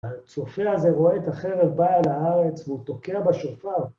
הצופה הזה רואה את החרב באה אל הארץ והוא תוקע בשופר